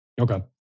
Okay